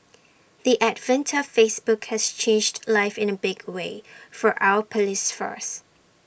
the advent of Facebook has changed life in A big way for our Police force